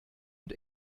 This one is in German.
und